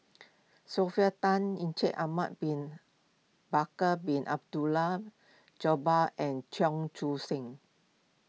Sylvia Tan Ahmad Bin Bakar Bin Abdullah Jabbar and Cheong Koon Seng